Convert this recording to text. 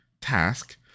task